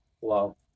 wow